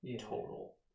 total